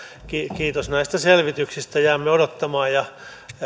kiitos näistä selvityksistä jäämme odottamaan